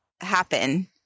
happen